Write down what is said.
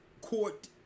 court